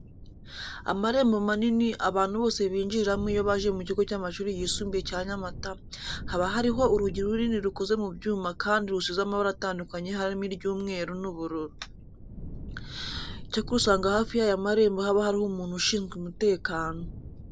Amarembo manini abantu bose binjiriramo iyo baje mu kigo cy'amashuri yisumbuye cya Nyamata, haba hariho urugi runini rukoze mu byuma kandi rusize amabara atandukanye harimo iry'umweru n'ubururu. Icyakora usanga hafi y'aya marembo haba hariho umuntu ushinzwe umutekano.